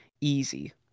Easy